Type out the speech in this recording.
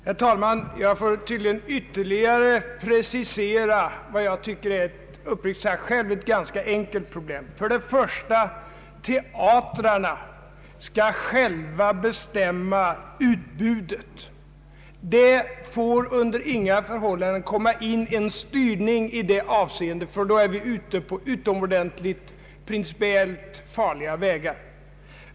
Herr talman! Jag får tydligen ytterligare precisera vad jag uppriktigt sagt själv tycker är ett ganska enkelt problem. För det första skall teatrarna själva bestämma utbudet. Det får under inga förhållanden komma in en styrning i det avseendet. Då är vi ute på principiellt ytterligt farliga vägar.